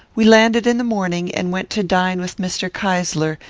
we landed in the morning, and went to dine with mr. keysler,